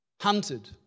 hunted